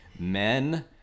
Men